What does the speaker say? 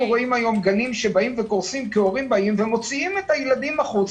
אנחנו רואים היום גנים שקורסים כי הורים מוציאים את הילדים החוצה.